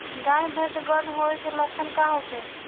गाय भैंस गर्म होय के लक्षण का होखे?